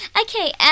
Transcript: Okay